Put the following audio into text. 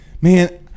Man